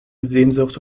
sehnsucht